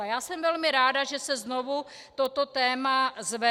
Já jsem velmi ráda, že se znovu toto téma zvedlo.